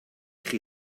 chi